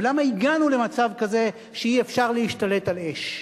אבל למה הגענו למצב כזה שאי-אפשר להשתלט על אש?